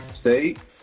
State